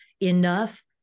enough